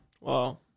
Wow